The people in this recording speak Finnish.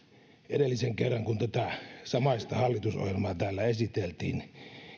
edellisen kerran tätä samaista hallitusohjelmaa täällä esiteltiin